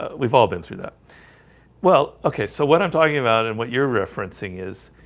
ah we've all been through that well, okay. so what i'm talking about and what you're referencing is